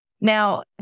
Now